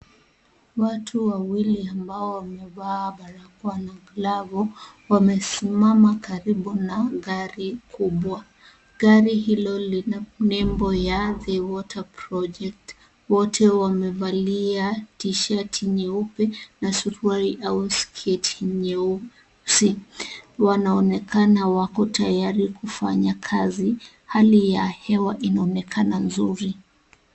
Watu wawili ambao wamevaa barakoa na glavu, wamesimamia karibu na gari kubwa. Gari hilo lina nembo ya v water project . Wote wamevalia tishati nyeupe na suruari au sketi nyeusi. Wanaonenakana wako tayari kufanya kazi, hali ya anga inaonekana nzuri.